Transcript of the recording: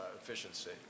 efficiency